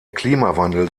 klimawandel